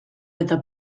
eta